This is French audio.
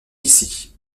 ici